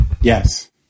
Yes